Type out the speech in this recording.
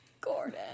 Gordon